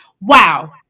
Wow